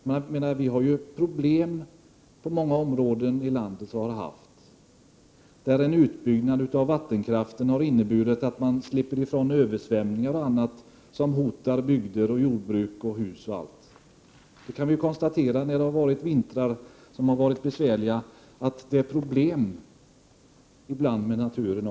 Vi har och har haft problem på många områden i landet. En utbyggnad av vattenkraften har där inneburit att vi har sluppit ifrån översvämningar och dylikt som har hotat bygder, jordbruk, hus osv. Vid besvärliga vintrar har vi kunnat konstatera att det även finns problem med naturen.